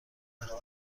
وقتی